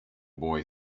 boy